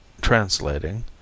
translating